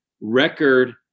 record